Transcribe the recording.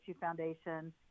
Foundation